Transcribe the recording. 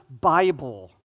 Bible